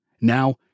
Now